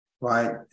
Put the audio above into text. right